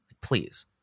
please